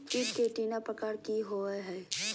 कीट के एंटीना प्रकार कि होवय हैय?